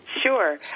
Sure